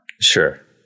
Sure